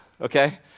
okay